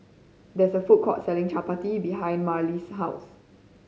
there is a food court selling chappati behind Marely's house